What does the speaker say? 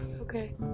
Okay